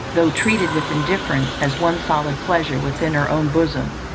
though treated with indifference, has one solid pleasure within her own bosom,